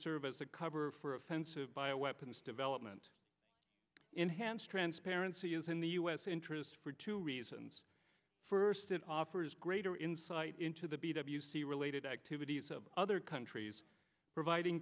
serve as a cover for offensive bio weapons development enhanced transparency is in the u s interest for two reasons first it offers greater insight into the b w c related activities of other countries providing